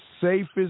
safest